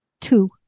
two